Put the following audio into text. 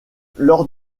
lors